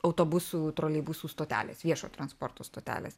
autobusų troleibusų stotelės viešojo transporto stotelės